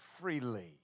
freely